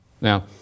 Now